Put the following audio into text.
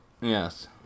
Yes